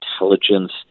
Intelligence